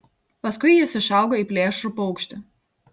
paskui jis išaugo į plėšrų paukštį